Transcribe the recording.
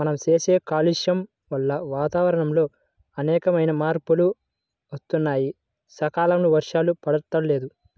మనం చేసే కాలుష్యం వల్ల వాతావరణంలో అనేకమైన మార్పులు వత్తన్నాయి, సకాలంలో వర్షాలు పడతల్లేదు